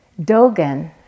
Dogen